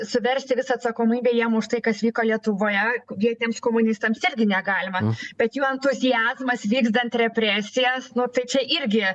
suversti visą atsakomybę jiem už tai kas vyko lietuvoje vietiniams komunistams irgi negalima bet jų entuziazmas vykdant represijas nu tai čia irgi